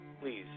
please